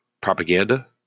propaganda